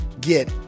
get